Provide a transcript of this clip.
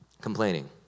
complaining